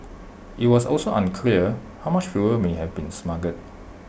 IT was also unclear how much fuel may have been smuggled